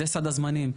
זה סד הזמנים,